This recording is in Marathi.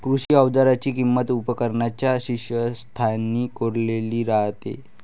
कृषी अवजारांची किंमत उपकरणांच्या शीर्षस्थानी कोरलेली राहते